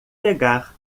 pegar